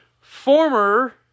Former